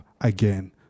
again